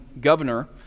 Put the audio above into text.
governor